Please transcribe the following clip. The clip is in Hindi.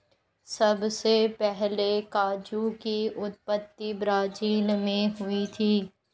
सबसे पहले काजू की उत्पत्ति ब्राज़ील मैं हुई थी